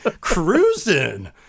Cruising